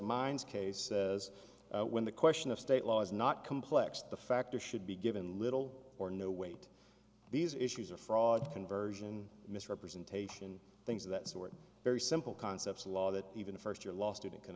case says when the question of state law is not complex the factor should be given little or no wait these issues are fraud conversion misrepresentation things of that sort very simple concepts a law that even a first year law student can